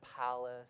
palace